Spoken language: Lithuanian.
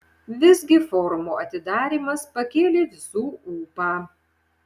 visgi forumo atidarymas pakėlė visų ūpą